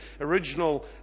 original